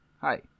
Hi